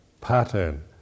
pattern